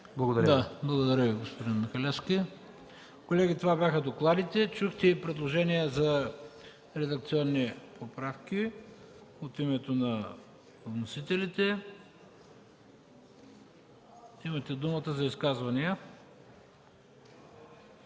Благодаря Ви, господин Михалевски. Колеги, това бяха докладите. Чухте и предложения за редакционни поправки от името на вносителите. Имате думата за изказвания.